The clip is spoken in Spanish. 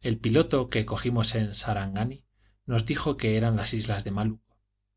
el piloto que cogimos en sarangani nos dijo que eran las islas malucco